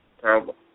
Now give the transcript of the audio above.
Terrible